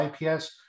IPS